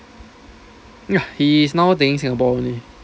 ya he is now staying singapore only